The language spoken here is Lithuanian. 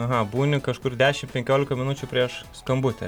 aha būni kažkur dešim penkiolika minučių prieš skambutį